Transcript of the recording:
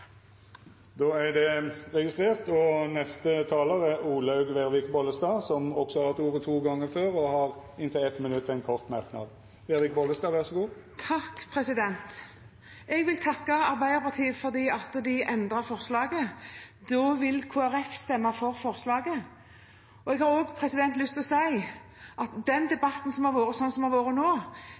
er det registrert. Representanten Olaug V. Bollestad har hatt ordet to gonger tidlegare og får ordet til ein kort merknad, avgrensa til 1 minutt. Jeg vil takke Arbeiderpartiet for at de endret forslaget. Da vil Kristelig Folkeparti stemme for forslaget. Jeg har også lyst til å si at den debatten som har vært